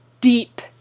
deep